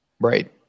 Right